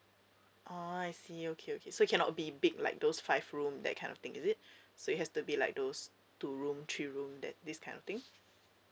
oh I see okay okay so it cannot be big like those five room that kind of thing is it so it has to be like those two room three room that this kind of thing